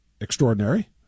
extraordinary